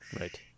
right